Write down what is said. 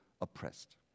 oppressed